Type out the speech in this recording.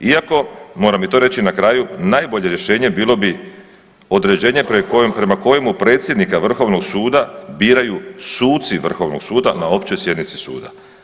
Iako moram i to reći na kraju, najbolje rješenje bilo bi određenje prema kojemu predsjednika Vrhovnog suda biraju suci Vrhovnog suda na općoj sjednici suda.